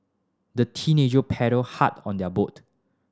the teenager paddled hard on their boat